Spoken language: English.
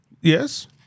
Yes